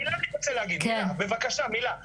מילה אני רוצה להגיד בבקשה מילה.